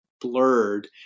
blurred